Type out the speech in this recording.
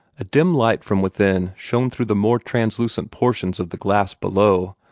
a dim light from within shone through the more translucent portions of the glass below,